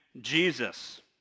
Jesus